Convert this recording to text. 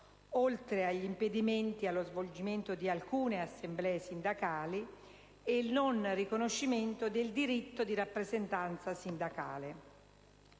oltre agli impedimenti allo svolgimento di alcune assemblee sindacali e il non riconoscimento del diritto di rappresentanza sindacale.